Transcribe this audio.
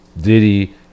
Diddy